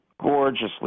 gorgeously